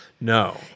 No